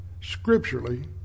scripturally